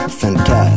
fantastic